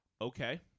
Okay